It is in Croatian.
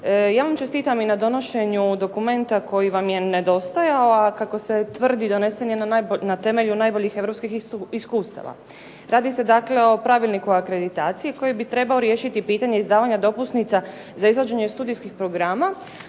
ja vam čestitam i na donošenju dokumenta koji vam je nedostajao, a kako se tvrdi donesen je na temelju najboljih europskih iskustava. Radi se dakle o pravilniku akreditacije koji bi trebao riješiti pitanje izdavanja dopusnica za izvođenje studijskih programa,